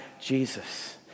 Jesus